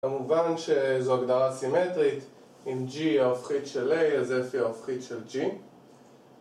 כמובן שזו הגדרה סימטרית, אם G היא ההופכית של A, אז F היא ההופכית של G.